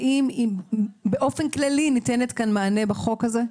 האם באופן כללי ניתן לה מענה בחוק הזה?